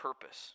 purpose